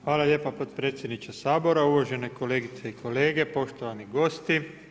Hvala lijepa potpredsjedniče Sabora, uvažene kolegice i kolege, poštovani gosti.